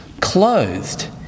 clothed